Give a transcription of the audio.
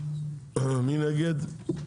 מי נמנע?